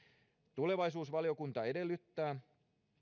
tulevaisuusvaliokunta edellyttää